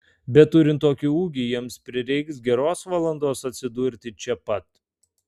bet turint tokį ūgį jiems prireiks geros valandos atsidurti čia pat